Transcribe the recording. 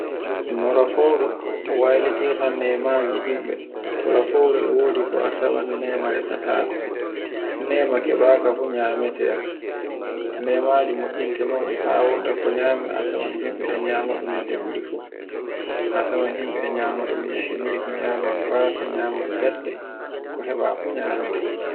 No ra fouru waylitirta ne maji himɓe, tora fouru e wodi fu a tawan nema rasatako. Nema keɓaka fu nyamete, nemaje mo'inte no ɓe fa woɗa ko nyame a tawan himɓe e nyamdum no heɓiri fu. A tawan himɓe e nyama dum no heɓir fu nyaman bafi, nyaman leɗɗe ko heɓa fu nyamete